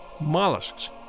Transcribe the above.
mollusks